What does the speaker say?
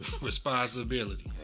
Responsibility